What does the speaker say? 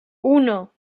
uno